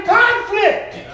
conflict